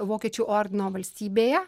vokiečių ordino valstybėje